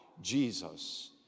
Jesus